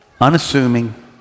unassuming